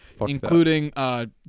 including